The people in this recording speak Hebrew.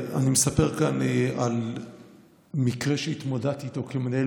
אני מספר כאן על מקרה שהתמודדתי איתו כמנהל